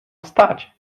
stać